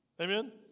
Amen